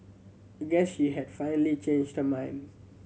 guess she had finally changed the mind